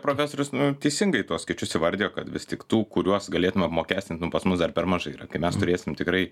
profesorius nu teisingai tuos skaičius įvardijo kad vis tik tų kuriuos galėtume apmokestint nu pas mus dar per mažai yra kai mes turėsim tikrai